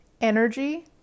energy